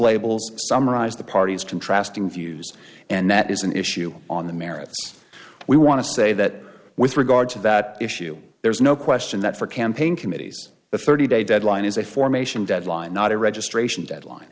labels summarize the party's contrasting views and that is an issue on the merits we want to say that with regard to that issue there's no question that for campaign committees the thirty day deadline is a formation deadline not a registration deadline